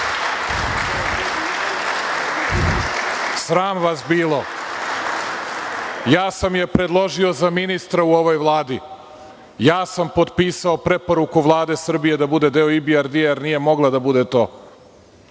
Sram vas bilo ja sam je predložio za ministra u ovoj Vladi. Ja sam potpisao preporuku Vlade Srbije da bude deo IBRT jer nije mogla da bude to.